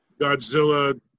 Godzilla